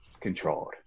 controlled